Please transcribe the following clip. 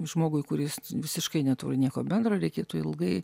žmogui kuris visiškai neturi nieko bendro reikėtų ilgai